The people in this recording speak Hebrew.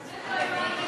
אתם נגד?